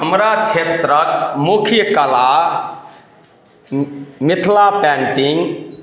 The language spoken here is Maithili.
हमरा क्षेत्रक मुख्य कला मिथिला पेन्टिंग